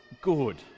good